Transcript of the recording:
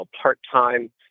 part-time